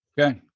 Okay